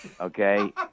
Okay